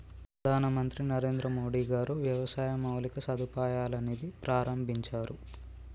ప్రధాన మంత్రి నరేంద్రమోడీ గారు వ్యవసాయ మౌలిక సదుపాయాల నిధి ప్రాభించారు